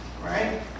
Right